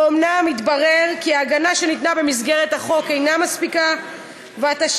ואולם התברר כי ההגנה שניתנה במסגרת החוק אינה מספיקה והתשלומים